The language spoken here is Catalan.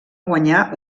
guanyar